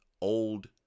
old